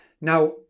Now